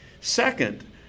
Second